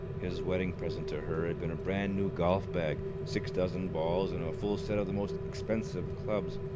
his wedding present to her had been a brand-new golf-bag, six dozen balls, and a full set of the most expensive clubs,